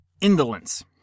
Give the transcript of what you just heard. indolence